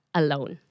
alone